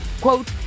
Quote